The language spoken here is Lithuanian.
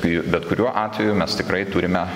kai bet kuriuo atveju mes tikrai turime